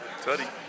Tutty